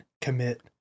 commit